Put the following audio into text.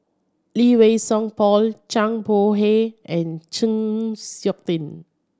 Lee Wei Song Paul Zhang Bohe and Chng Seok Tin